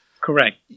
Correct